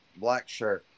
Blackshirt